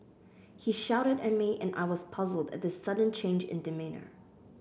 he shouted at me and I was puzzled at this sudden change in demeanour